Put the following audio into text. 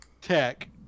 tech